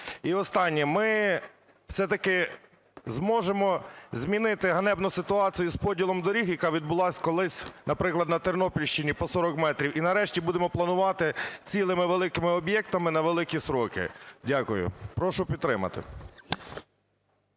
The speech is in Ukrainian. І останнє. Ми все-таки зможемо змінити ганебну ситуацію з поділом доріг, яка відбулась колись, наприклад, на Тернопільщині по 40 метрів і нарешті будемо планувати цілими великими об'єктами на великі строки. Дякую. Прошу підтримати.